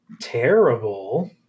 terrible